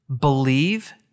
believe